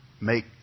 make